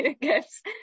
gifts